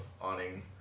awning